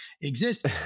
exist